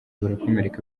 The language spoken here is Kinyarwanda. barakomereka